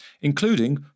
including